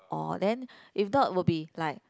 or then if not will be like